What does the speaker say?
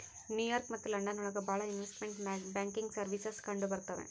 new York ಮತ್ತು London ಒಳಗ ಭಾಳ ಇನ್ವೆಸ್ಟ್ಮೆಂಟ್ ಬ್ಯಾಂಕಿಂಗ್ ಸರ್ವೀಸಸ್ ಕಂಡುಬರ್ತವೆ